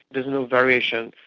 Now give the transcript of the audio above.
there's no variation.